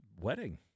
wedding